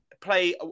play